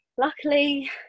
Luckily